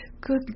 Good